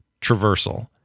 traversal